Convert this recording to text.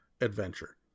adventure